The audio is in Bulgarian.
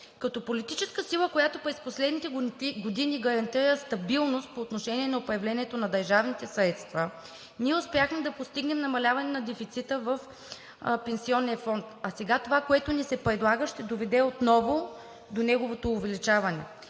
Като политическа сила, която през последните години гарантира стабилност по отношение на управлението на държавните средства, успяхме да постигнем намаляване на дефицита на пенсионния фонд, а това, което ни се предлага, ще доведе отново до неговото увеличаване.